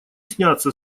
снятся